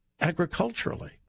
agriculturally